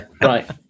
right